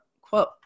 quote